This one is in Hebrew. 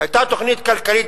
היתה תוכנית כלכלית,